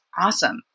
awesome